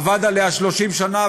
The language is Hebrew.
עבד עליה 30 שנה,